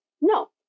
No